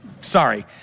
Sorry